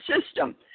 system